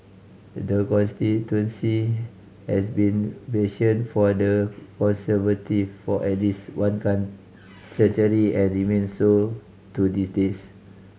the constituency has been bastion for the Conservative for at least one century and remains so to this days